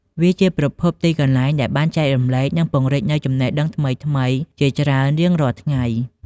វាជាប្រភពទីកន្លែងដែលបានចែករំលែកនិងពង្រីកនូវចំណេះដឹងថ្មីៗជាច្រើនរៀងរាល់ថ្ងៃ។